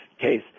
case